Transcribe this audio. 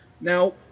Now